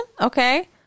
Okay